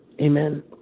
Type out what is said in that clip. Amen